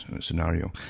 scenario